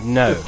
no